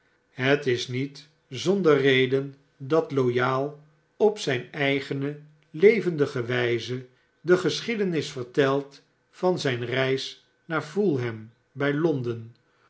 het is niet zonder reden dat loyal op zyn eigene levendige wyze de geschiedenis vertelt van zijn reis naar fulham by londen